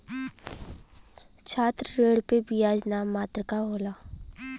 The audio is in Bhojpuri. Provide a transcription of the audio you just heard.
छात्र ऋण पे बियाज नाम मात्र क होला